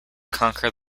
conquer